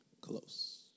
close